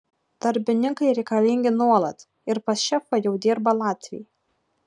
darbininkai reikalingi nuolat ir pas šefą jau dirba latviai